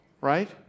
right